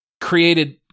created